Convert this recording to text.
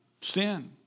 Sin